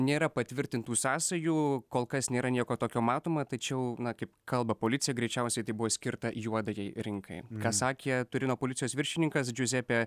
nėra patvirtintų sąsajų kol kas nėra nieko tokio matoma tačiau na kaip kalba policija greičiausiai tai buvo skirta juodajai rinkai sakė turino policijos viršininkas džiuzepė